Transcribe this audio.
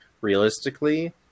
realistically